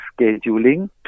scheduling